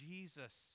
Jesus